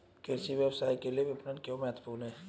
कृषि व्यवसाय के लिए विपणन क्यों महत्वपूर्ण है?